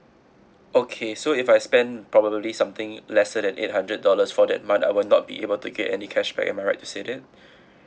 okay so if I spend probably something lesser than eight hundred dollars for that month I will not be able to get any cashback am I right to say that